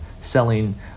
selling